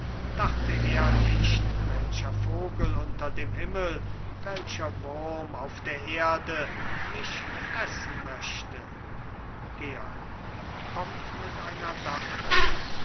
dachte er nicht welcher vogel unter dem himmel welcher wurm auf der erde mich fressen möchte georg